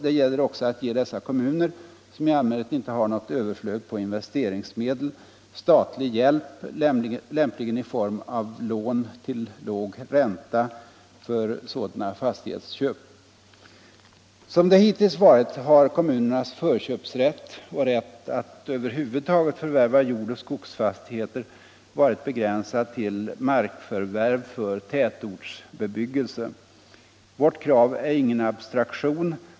Det gäller också att ge dessa kommuner — som i allmänhet inte har något överflöd på investeringsmedel — statlig hjälp, lämpligen i form av lån till låg ränta, för sådana fastighetsköp. Hittills har kommunernas förköpsrätt och rätt att över huvud taget förvärva jordoch skogsbruksfastigheter varit begränsad till markförvärv för tätortsbebyggelse, inte för jordbruk och skogsbruk. Vårt krav är ingen abstraktion.